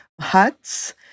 huts